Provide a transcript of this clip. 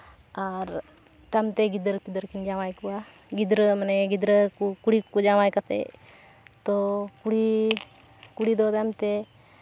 ᱟᱨ ᱛᱟᱭᱚᱢ ᱛᱮ ᱜᱤᱫᱟᱹᱨᱼᱯᱤᱫᱟᱹᱨ ᱠᱤᱱ ᱡᱟᱶᱟᱭ ᱠᱚᱣᱟ ᱜᱤᱫᱽᱨᱟᱹ ᱢᱟᱱᱮ ᱜᱤᱫᱽᱨᱟᱹ ᱠᱚ ᱠᱩᱲᱤ ᱠᱚ ᱡᱟᱶᱟᱭ ᱠᱟᱛᱮᱫ ᱛᱳ ᱠᱩᱲᱤ ᱠᱩᱲᱤ ᱫᱚ ᱛᱟᱭᱚᱢ ᱛᱮ